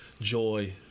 joy